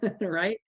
right